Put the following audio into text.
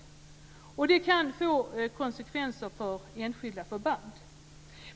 Detta kan få konsekvenser för enskilda förband.